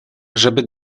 żeby